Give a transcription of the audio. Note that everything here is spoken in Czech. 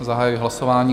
Zahajuji hlasování.